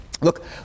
Look